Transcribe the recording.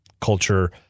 culture